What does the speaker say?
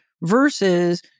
versus